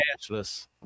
cashless